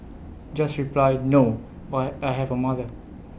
just reply no but I have A mother